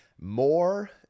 more